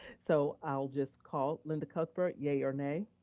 so i'll just call, linda cuthbert, yay or nay?